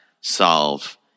solve